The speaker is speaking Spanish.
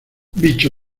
bicho